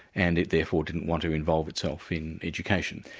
and it therefore didn't want to involve itself in education.